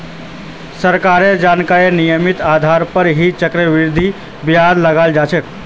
सरकारेर जारी नियमेर आधार पर ही चक्रवृद्धि ब्याज लगाल जा छे